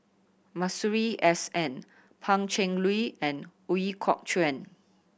Masuri S N Pan Cheng Lui and Ooi Kok Chuen